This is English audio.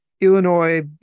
Illinois